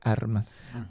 Armas